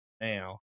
now